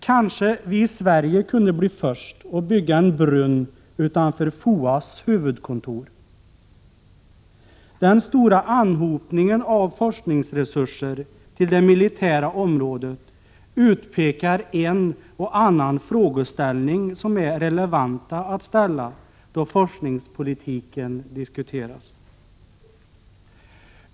Kanske vi i Sverige kunde bli först och bygga en brunn utanför FOA:s huvudkontor? Den stora anhopningen av forskningsresurser till det militära området utpekar en och annan frågeställning som är relevant att ställa då forskningspolitiken debatteras.